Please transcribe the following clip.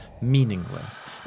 meaningless